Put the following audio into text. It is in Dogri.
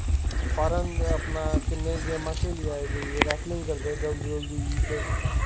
फॉरन अपने किन्ने गेमां खेढी आए जाइयै रैसलिंग करदा डब्ल्यु डब्लयू ई च